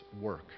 work